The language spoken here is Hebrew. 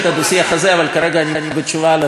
אבל כרגע אני בתשובה על הצעה לסדר-היום,